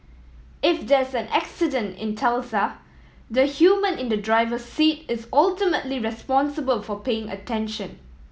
if there's an accident in Tesla the human in the driver's seat is ultimately responsible for paying attention